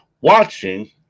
Watching